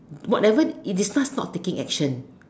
whatever is it not fault to take action